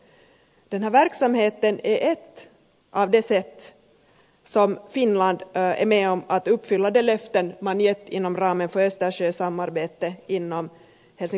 den här verksamheten är ett av de sätt som finland är med om att uppfylla de löften man gett inom ramen för östersjösamarbetet inom helsingforskommissionen